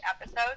episode